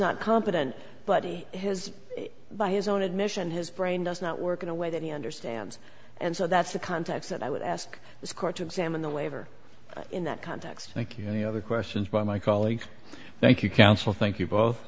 not competent buddy has by his own admission his brain does not work in a way that he understands and so that's the context that i would ask this court to examine the waiver in that context thank you no other questions by my colleague thank you counsel thank you both